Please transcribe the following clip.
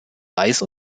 reis